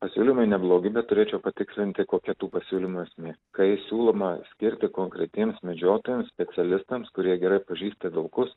pasiūlymai neblogi bet turėčiau patikslinti kokia tų pasiūlymų esmė kai siūloma skirti konkretiems medžiotojams specialistams kurie gerai pažįsta vilkus